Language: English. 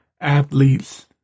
Athletes